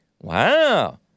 Wow